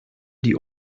die